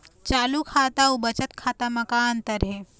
चालू खाता अउ बचत खाता म का अंतर हे?